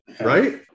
right